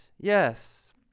Yes